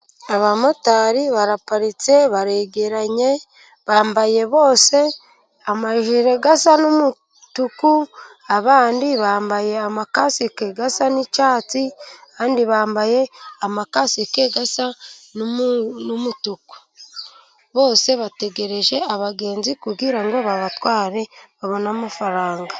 Abamotari baraparitse baregeranye, bambaye bose amajire asa n'umutuku, abandi bambaye amakasike asa n'icyatsi, abandi bambaye amakasike asa n'umutuku. Bose bategereje abagenzi, kugira ngo babatware, babone amafaranga.